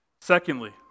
Secondly